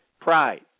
pride